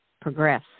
progress